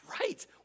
right